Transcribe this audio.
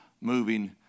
moving